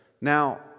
Now